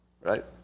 right